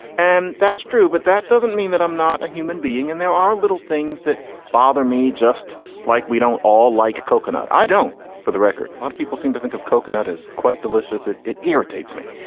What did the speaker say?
and that's true. but that doesn't mean that i'm not a human being. and there are little things that bother me, just like we don't all like coconut. i don't for the record, a lot of people seem to think of coconut as quite delicious. it it irritates me.